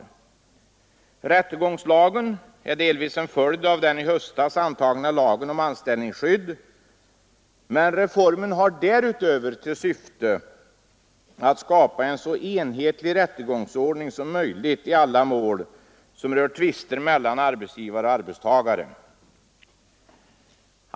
Rättegångslagen är delvis en följd av den i höstas antagna lagen om anställningsskydd, men reformen har därutöver till syfte att skapa en så enhetlig rättegångsordning som möjligt i alla mål som rör tvister mellan arbetsgivare och arbetstagare.